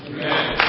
Amen